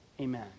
Amen